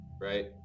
right